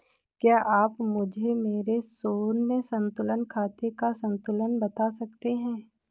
क्या आप मुझे मेरे शून्य संतुलन खाते का संतुलन बता सकते हैं?